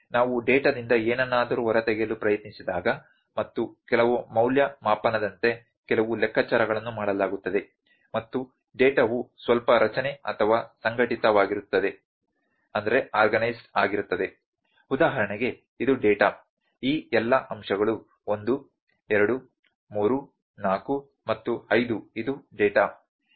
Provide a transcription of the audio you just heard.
ನಾವು ಡೇಟಾದಿಂದ ಏನನ್ನಾದರೂ ಹೊರತೆಗೆಯಲು ಪ್ರಯತ್ನಿಸಿದಾಗ ಮತ್ತು ಕೆಲವು ಮೌಲ್ಯಮಾಪನದಂತೆ ಕೆಲವು ಲೆಕ್ಕಾಚಾರಗಳನ್ನು ಮಾಡಲಾಗುತ್ತದೆ ಮತ್ತು ಡೇಟಾವು ಸ್ವಲ್ಪ ರಚನೆ ಅಥವಾ ಸಂಘಟಿತವಾಗಿರುತ್ತದೆ ಉದಾಹರಣೆಗೆ ಇದು ಡೇಟಾ ಈ ಎಲ್ಲಾ ಅಂಶಗಳು 1 2 3 4 ಮತ್ತು 5 ಇದು ಡೇಟಾ ಎತ್ತರಕ್ಕೆ ಸಂಬಂಧಿಸಿದೆ